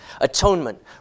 atonement